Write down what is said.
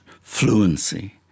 fluency